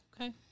Okay